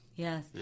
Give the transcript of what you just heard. Yes